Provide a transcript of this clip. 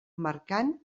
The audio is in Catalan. marcant